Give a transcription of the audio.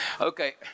Okay